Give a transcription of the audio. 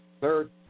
Third